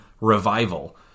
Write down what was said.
revival